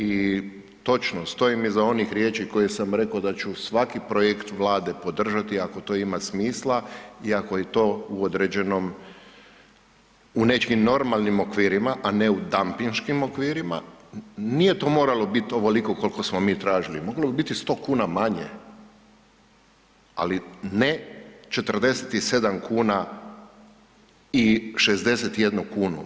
I točno, stojim iza onih riječi koje sam reko da ću svaki projekt Vlade podržati ako to ima smisla i ako je to u određenom, u nekim normalnim okvirima, a ne u dampinškim okvirima, nije to moralo bit ovoliko kolko smo mi tražili, moglo je biti i 100,00 kn manje, ali ne 47,00 kn i 61,00 kn.